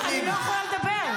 יש בך --- שאי-אפשר לתאר בכלל.